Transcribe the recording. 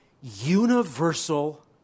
universal